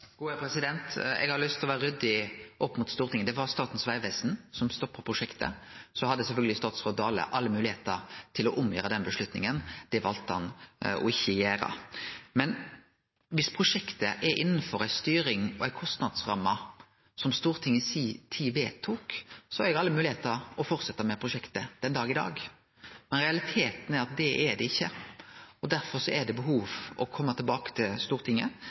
Eg har lyst til å vere ryddig opp mot Stortinget: Det var Statens Vegvesen som stoppa prosjektet. Så hadde sjølvsagt statsråd Dale alle moglegheiter til å gjere om på den avgjerda – det valde han ikkje å gjere. Men dersom prosjektet er innanfor ei styrings- og kostnadsramme som Stortinget i si tid vedtok, har ein alle moglegheiter til å fortsetje med prosjektet den dag i dag. Men realiteten er at det er det ikkje, og derfor er det behov for å kome tilbake til Stortinget.